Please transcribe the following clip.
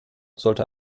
sollte